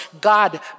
God